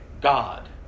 God